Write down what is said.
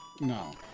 No